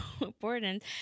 important